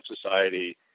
society